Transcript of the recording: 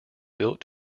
built